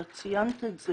ואת ציינת את זה,